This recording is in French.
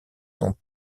sont